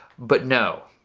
but no.